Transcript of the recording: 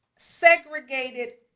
segregated